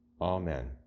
Amen